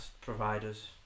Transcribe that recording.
providers